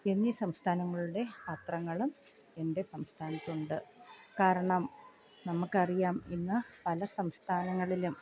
എന്നീ സംസ്ഥാനങ്ങളുടെ പത്രങ്ങളും എൻ്റെ സംസ്ഥാനത്തുണ്ട് കാരണം നമുക്കറിയാം ഇന്ന് പല സംസ്ഥാനങ്ങളിലും